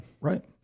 right